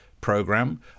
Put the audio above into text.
program